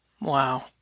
Wow